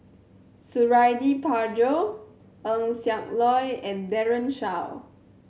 Suradi Parjo Eng Siak Loy and Daren Shiau